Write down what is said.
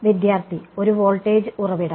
വിദ്യാർത്ഥി ഒരു വോൾടേജ് ഉറവിടം